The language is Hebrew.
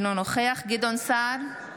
אינו נוכח גדעון סער,